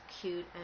cute